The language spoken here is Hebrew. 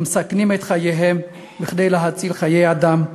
שמסכנים את חייהם כדי להציל חיי אדם,